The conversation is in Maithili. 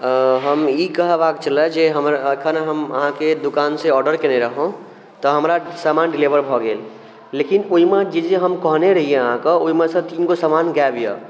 अ हम ई कहबाक छलै जे हमर एक्खन हम अहाँके दोकानसँ आर्डर केने रहउँ तऽ हमरा सामान डेलीभर भऽ गेल लेकिन ओइमे जे जे हम कहने रहियै अहाँके ओइमे सँ तीन गो सामान गायब यऽ